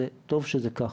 טוב שזה כך.